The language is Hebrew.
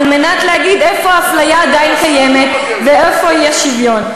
על מנת להגיד איפה האפליה עדיין קיימת ואיפה יש שוויון.